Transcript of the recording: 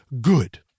good